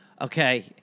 Okay